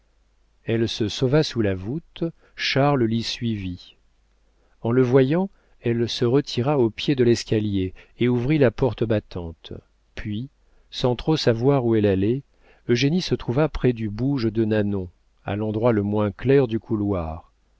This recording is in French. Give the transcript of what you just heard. elle se sauva sous la voûte charles l'y suivit en le voyant elle se retira au pied de l'escalier et ouvrit la porte battante puis sans trop savoir où elle allait eugénie se trouva près du bouge de nanon à l'endroit le moins clair du couloir